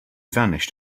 vanished